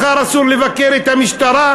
מחר אסור לבקר את המשטרה,